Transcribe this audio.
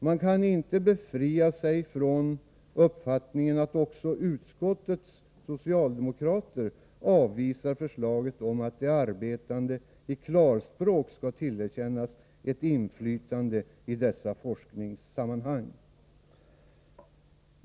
Man kan inte befria sig från uppfattningen att också utskottets socialdemokrater avvisar förslaget om att de arbetande i klarspråk skall tillerkännas ett inflytande i dessa forskningssammanhang.